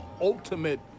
ultimate